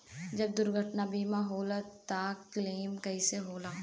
जब दुर्घटना बीमा होला त क्लेम कईसे होला?